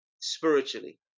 spiritually